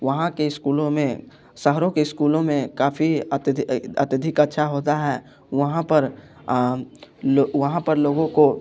वहाँ के स्कूलों में शहरों के स्कूलों में काफ़ी अत्यधिक अत्यधिक अच्छा होता है वहाँ पर वहाँ पर लोगों को